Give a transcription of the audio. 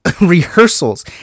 rehearsals